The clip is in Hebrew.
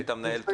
היית מנהל טוב.